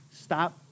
Stop